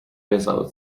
without